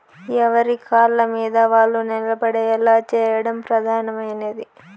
ఎవరి కాళ్ళమీద వాళ్ళు నిలబడేలా చేయడం ప్రధానమైనది